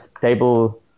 table